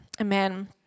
amen